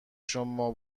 شما